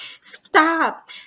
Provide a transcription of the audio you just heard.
Stop